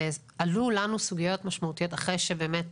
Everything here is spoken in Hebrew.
עלו לנו סוגיות משמעותיות אחרי שבאמת